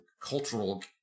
cultural